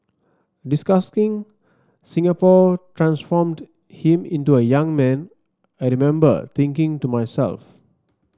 discussing Singapore transformed him into a young man I remember thinking to myself